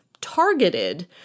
targeted